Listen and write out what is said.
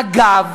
אגב,